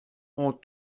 ont